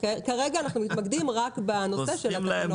כרגע אנחנו מתמקדים רק בנושא של התקנות.